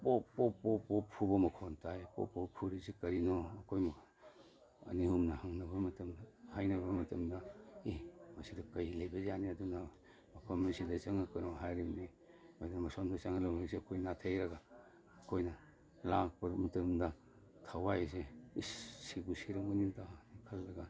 ꯄꯣꯞ ꯄꯣꯞ ꯄꯣꯞ ꯄꯣꯞ ꯐꯨꯕ ꯃꯈꯣꯟ ꯇꯥꯏ ꯄꯣꯞ ꯄꯣꯞ ꯐꯨꯔꯤꯁꯦ ꯀꯔꯤꯅꯣ ꯑꯩꯈꯣꯏꯅ ꯑꯅꯤꯍꯨꯝꯅ ꯍꯪꯅꯕ ꯃꯇꯝꯗ ꯍꯥꯏꯅꯕ ꯃꯇꯝꯗ ꯑꯦ ꯃꯁꯤꯗ ꯀꯩ ꯂꯩꯕꯖꯥꯠꯅꯤ ꯑꯗꯨꯅ ꯃꯐꯝ ꯑꯁꯤꯗ ꯆꯪꯉꯛꯀꯅꯨ ꯍꯥꯏꯔꯤꯝꯅꯤ ꯑꯗꯨꯅ ꯃꯁꯣꯝꯗ ꯆꯪꯍꯜꯂꯔꯣꯏꯁꯤ ꯑꯩꯈꯣꯏ ꯅꯥꯊꯩꯔꯒ ꯑꯩꯈꯣꯏꯅ ꯂꯥꯛꯄ ꯃꯇꯝꯗ ꯊꯋꯥꯏ ꯑꯁꯦ ꯑꯁ ꯁꯤꯕꯨ ꯁꯤꯔꯝꯒꯅꯤꯗ ꯍꯥꯏꯅ ꯈꯜꯂꯒ